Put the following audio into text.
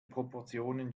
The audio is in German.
proportionen